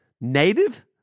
Native